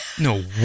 No